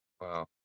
Wow